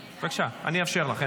בבקשה, אני אאפשר לך.